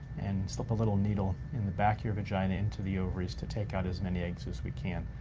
and slip a little needle in the back of your vagina into the ovaries to take out as many eggs as we can.